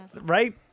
right